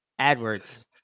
AdWords